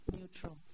Neutral